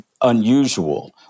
unusual